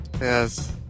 Yes